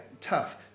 tough